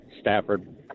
Stafford